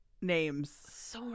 names